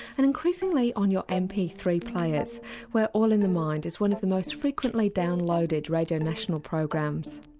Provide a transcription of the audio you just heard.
and increasingly on you m p three players where all in the mind is one of the most frequently downloaded radio national programs.